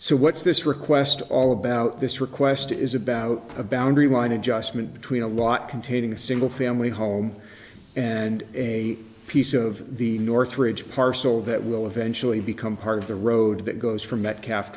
so what's this request all about this request is about a boundary line adjustment between a lot containing a single family home and a piece of the northridge parcel that will eventually become part of the road that goes from metcalf